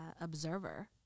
observer